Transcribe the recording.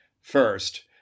First